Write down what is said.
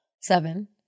seven